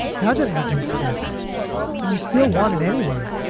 doesn't reduce risk and you still want it anyway,